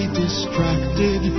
distracted